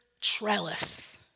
trellis